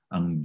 Ang